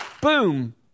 boom